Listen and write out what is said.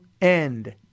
end